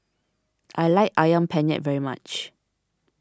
I like Ayam Penyet very much